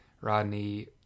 Rodney